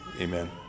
amen